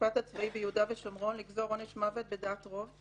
המשפט הצבאי ביהודה ושומרון לגזור עונש מוות בדעת רוב,